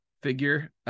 Figure